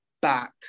back